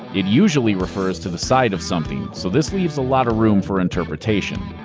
it usually refers to the side of something, so this leaves a lot of room for interpretation.